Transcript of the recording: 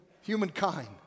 humankind